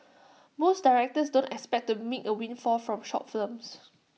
most directors don't expect to make A windfall from short films